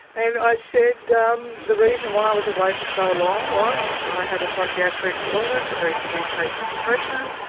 and i said um the reason why i was away for so long was i had a psychiatric illness, a very severe case of depression,